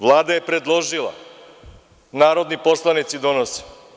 Vlada je predložila, narodni poslanici donose.